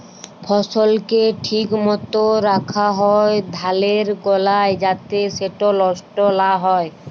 ফসলকে ঠিক মত রাখ্যা হ্যয় ধালের গলায় যাতে সেট লষ্ট লা হ্যয়